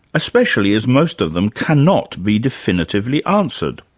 especially as most of them cannot be definitively answered.